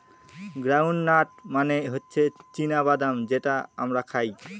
ground nut মানে হচ্ছে চীনা বাদাম যেটা আমরা খাই